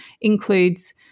includes